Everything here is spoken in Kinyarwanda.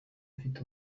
mfite